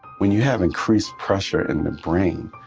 when you have increased pressure in the brain,